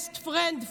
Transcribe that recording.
Best Friend Forever,